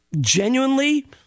genuinely